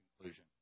conclusion